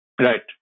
Right